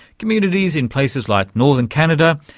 communities in places like northern canada,